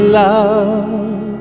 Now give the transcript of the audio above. love